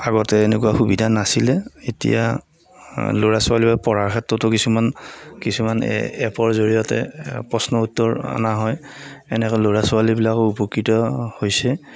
আগতে এনেকুৱা সুবিধা নাছিলে এতিয়া ল'ৰা ছোৱালীবোৰে পঢ়াৰ ক্ষেত্ৰতো কিছুমান কিছুমান এপৰ জৰিয়তে প্ৰশ্ন উত্তৰ অনা হয় এনেকৈ ল'ৰা ছোৱালীবিলাকো উপকৃত হৈছে